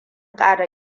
ƙara